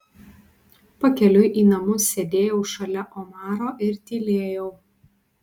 pakeliui į namus sėdėjau šalia omaro ir tylėjau